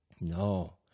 no